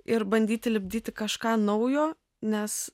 ir bandyti lipdyti kažką naujo nes